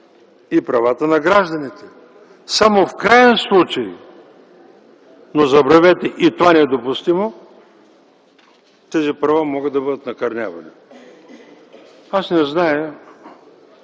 и правата на гражданите. Само в краен случай! Но забравете, и това не е допустимо - тези права могат да бъдат накърнявани. Аз не зная,